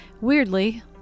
Weirdly